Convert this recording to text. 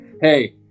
hey